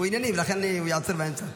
הוא ענייני, ולכן הוא ייעצר באמצע.